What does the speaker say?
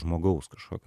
žmogaus kažkokio